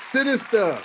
Sinister